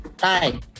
Hi